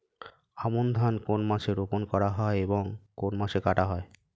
আমন ধান কোন মাসে রোপণ করা হয় এবং কোন মাসে কাটা হয়?